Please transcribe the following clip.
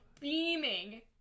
beaming